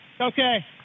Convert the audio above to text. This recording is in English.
Okay